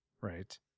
Right